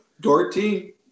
Dorothy